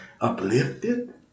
uplifted